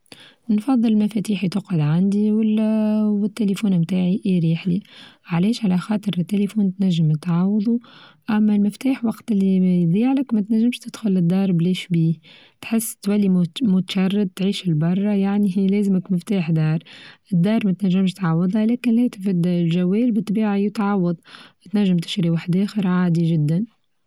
نفظل مفاتيحي تقعد عندي والتليفون بتاعي يريح لي علاش؟ على خاطر التليفون تنچم تعاوضو أما المفتاح وقت اللي بيضيع لك ما تنچمش تدخل للدار بلاش بيه، تحس تولي مت-متشرد تعيش لبرا يعني هي لازمك مفتاح دار، الدار ما تنچمش تعوضها لكن الهاتف الچوال بالطبيعة يتعوض تنچم تشري واحد اخر عادي چدا.